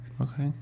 Okay